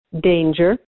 danger